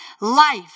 life